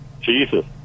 Jesus